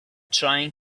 trying